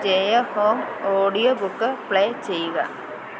Jaya Ho audio book play ചെയ്യുക